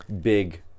big